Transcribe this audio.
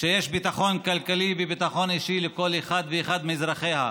כשיש ביטחון כלכלי וביטחון אישי לכל אחד ואחד מאזרחיה,